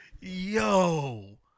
Yo